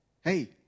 hey